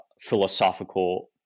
philosophical